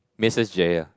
missus Jaiya